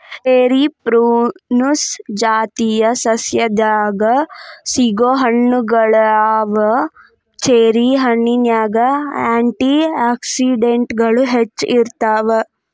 cherry prunus ಜಾತಿಯ ಸಸ್ಯದಾಗ ಸಿಗೋ ಹಣ್ಣುಗಳಗ್ಯಾವ, ಚೆರಿ ಹಣ್ಣಿನ್ಯಾಗ ಆ್ಯಂಟಿ ಆಕ್ಸಿಡೆಂಟ್ಗಳು ಹೆಚ್ಚ ಇರ್ತಾವ